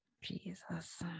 Jesus